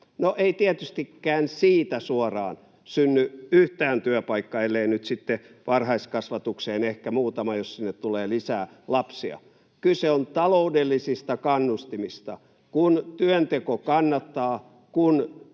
ei tietystikään siitä suoraan synny yhtään työpaikkaa, ellei nyt sitten varhaiskasvatukseen ehkä muutama, jos sinne tulee lisää lapsia. Kyse on taloudellisista kannustimista: kun työnteko kannattaa, kun